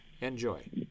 Enjoy